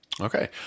Okay